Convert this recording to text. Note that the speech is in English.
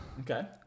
Okay